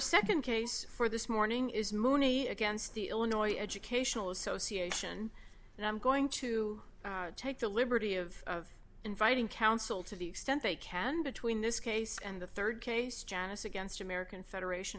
a nd case for this morning is money against the illinois educational association and i'm going to take the liberty of inviting counsel to the extent they can between this case and the rd case janice against american federation